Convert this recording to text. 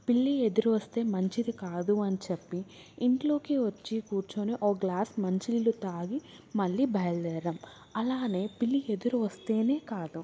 పిల్లి ఎదురొస్తే మంచిది కాదు అని చెప్పి ఇంట్లోకి వచ్చి కూర్చొని ఒక గ్లాస్ మంచినీళ్ళు తాగి మళ్ళీ బయల్దేరడం అలానే పిల్లి ఎదురు వస్తేనే కాదు